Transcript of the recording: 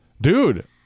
Dude